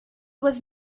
was